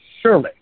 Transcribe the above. surely